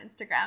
Instagram